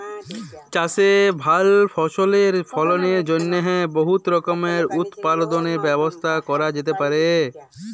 চাষে ভাল ফসলের ফলনের জ্যনহে বহুত রকমের উৎপাদলের ব্যবস্থা ক্যরা যাতে পারে